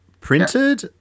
printed